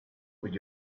would